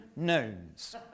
knowns